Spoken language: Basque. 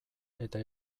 eta